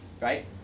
Right